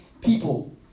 people